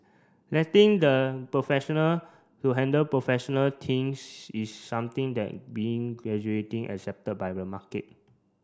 letting the professional to handle professional things is something that being graduating accepted by the market